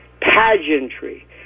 pageantry